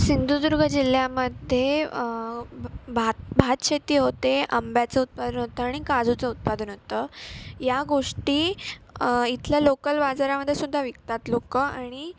सिंधुदुर्ग जिल्ह्यामध्ये भात भात शेती होते आंब्याचं होतं आणि काजूचं उत्पादन होतं या गोष्टी इथल्या लोकल बाजारामध्ये सुद्धा विकतात लोकं आणि